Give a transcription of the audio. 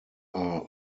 are